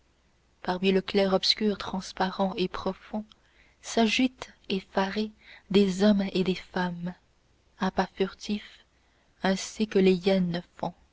parmi le clair-obscur transparent et profond s'agitent effarés des hommes et des femmes a pas furtifs ainsi que les